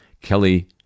Kelly